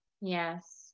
yes